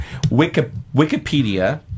Wikipedia